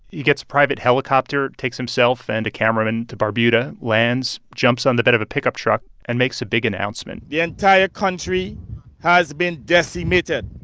he gets a private helicopter, takes himself and a cameraman to barbuda, lands, jumps on the bed of a pickup truck and makes a big announcement the entire country has been decimated.